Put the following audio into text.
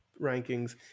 rankings